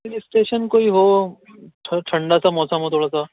ہل اسٹیشن کوئی ہو تھوڑا ٹھنڈا سا موسم ہو تھوڑا سا